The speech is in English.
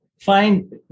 Find